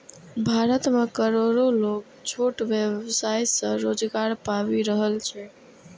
भारत मे करोड़ो लोग छोट व्यवसाय सं रोजगार पाबि रहल छै